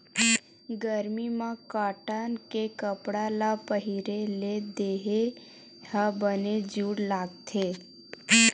गरमी म कॉटन के कपड़ा ल पहिरे ले देहे ह बने जूड़ लागथे